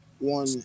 one